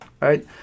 Right